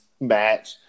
match